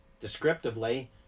descriptively